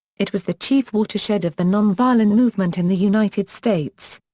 it was the chief watershed of the nonviolent movement in the united states.